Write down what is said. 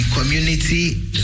community